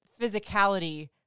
physicality